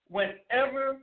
Whenever